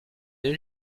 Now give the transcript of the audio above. deux